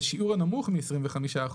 בשיעור הנמוך מ-25%,